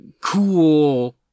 cool